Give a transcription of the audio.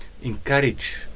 encourage